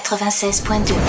96.2